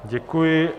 Děkuji.